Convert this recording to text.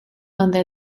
donde